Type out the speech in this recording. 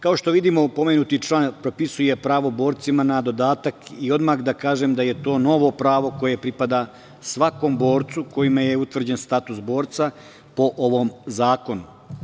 Kao što vidimo, pomenuti član propisuje pravo borcima na dodatak i odmah da kažem da je to novo pravo koje pripada svakom borcu kojem je utvrđen status borca, po ovom zakonu.